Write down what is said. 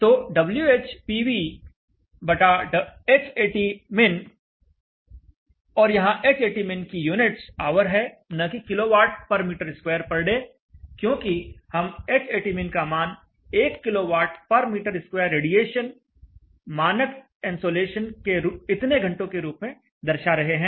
तो WhPVHatmin और यहां Hatmin की यूनिट्स ऑवर है न कि किलोवाटआवर पर मीटर स्क्वायर पर डे क्योंकि हम Hatmin का मान 1 किलोवाट पर मीटर स्क्वायर रेडिएशन मानक इन्सोलेशन के इतने घंटों के रूप में दर्शा रहे हैं